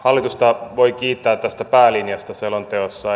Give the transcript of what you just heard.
hallitusta voi kiittää tästä päälinjasta selonteossa